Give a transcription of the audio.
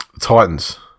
Titans